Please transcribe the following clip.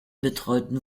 betreuten